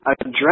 Address